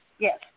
Yes